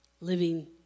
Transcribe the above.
living